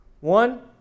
One